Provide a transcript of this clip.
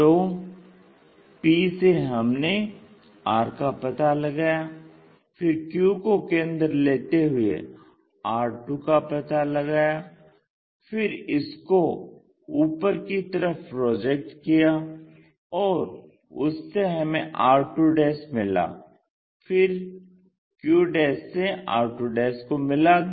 तो p से हमने r का पता लगाया फिर q को केंद्र लेते हुए r2 का पता लगाया फिर इसको ऊपर कि तरफ प्रोजेक्ट किया और उससे हमें r2 मिला फिर q से r2 को मिला दिया